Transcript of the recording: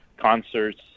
concerts